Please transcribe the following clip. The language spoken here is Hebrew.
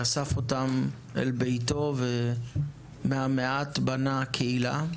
שאסף אותם אל ביתו ומהמעט בנה קהילה,